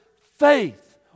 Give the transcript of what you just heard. faith